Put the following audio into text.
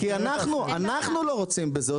כי אנחנו לא רוצים בזה,